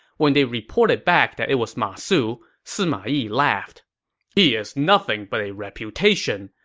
when they reported back that it was ma su, sima yi laughed he is nothing but a reputation,